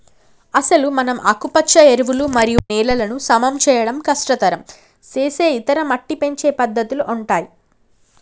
అసలు మనం ఆకుపచ్చ ఎరువులు మరియు నేలలను సమం చేయడం కష్టతరం సేసే ఇతర మట్టి పెంచే పద్దతుల ఉంటాయి